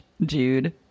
Jude